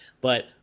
But-